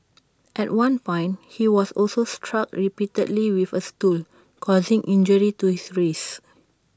at one point he was also struck repeatedly with A stool causing injury to his wrist